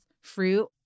fruit